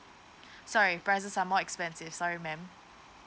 sorry prices are more expensive sorry ma'am